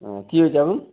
অ্যাঁ কি হয়েছে এখন